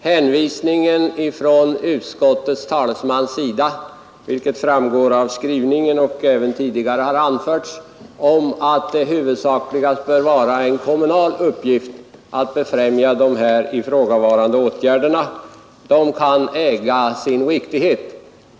Hänvisningen ifrån utskottets talesman till jordbruksutskottets tidigare uttalande, att det huvudsakligast bör vara en kommunal uppgift att befrämja de här ifrågavarande åtgärderna, kan äga sin riktighet.